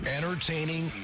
Entertaining